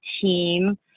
team